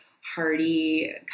hearty